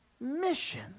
mission